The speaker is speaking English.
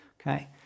okay